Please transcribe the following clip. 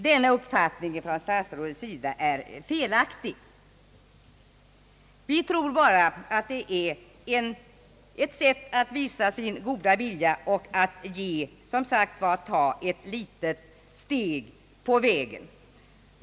Denna statsrådets uppfattning är felaktig. Höjningen är bara ett sätt att visa sin goda vilja.